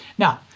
now,